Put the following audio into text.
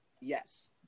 Yes